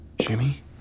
Jimmy